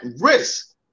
risk